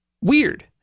weird